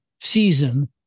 season